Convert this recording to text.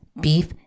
beef